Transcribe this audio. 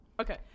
Okay